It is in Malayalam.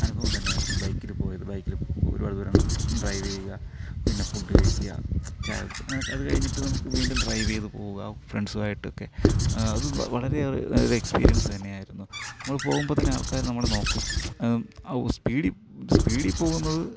അനുഭവം തന്നെ ആയിരുന്നു ബൈക്കില് പോയത് ബൈക്കില് ഒരുപാട് ദൂരം റൈഡ് ചെയ്യുക പിന്നെ ഫുഡ് കഴിക്കുക ചായ കുടിക്കുക അങ്ങനെ ഒക്കെ അത് കഴിഞ്ഞിട്ട് നമുക്ക് വീണ്ടും ഡ്രൈവ് ചെയ്ത് പോവുക ഫ്രണ്ട്സുവായിട്ടൊക്കെ അത് വളരെ ഏറെ നല്ലൊരു എക്സ്പിരിയൻസ് തന്നെ ആയിരുന്നു നമ്മൾ പോകുമ്പോൾ തന്നെ ആൾക്കാർ നമ്മളെ നോക്കും ആ സ്പീഡിൽ സ്പീഡിൽ പോകുന്നത്